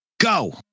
Go